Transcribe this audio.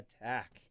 attack